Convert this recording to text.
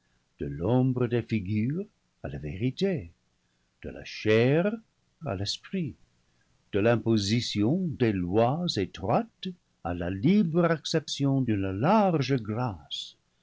de l'ombre des figu res à la vérité de la chair à l'esprit de l'imposition des lois étroites à la libre acception d'une large grâce